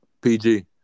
PG